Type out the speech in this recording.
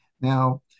Now